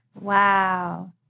Wow